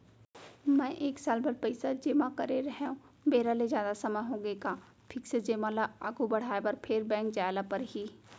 मैं एक साल बर पइसा जेमा करे रहेंव, बेरा ले जादा समय होगे हे का फिक्स जेमा ल आगू बढ़ाये बर फेर बैंक जाय ल परहि?